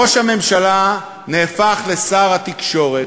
ראש הממשלה הפך לשר התקשורת,